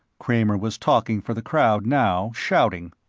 kramer was talking for the crowd now, shouting.